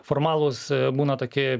formalūs būna tokie